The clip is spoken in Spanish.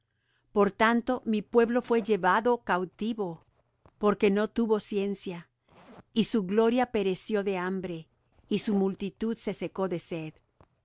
por tanto mi pueblo fué llevado cautivo porque no tuvo ciencia y su gloria pereció de hambre y su multitud se secó de sed